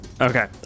Okay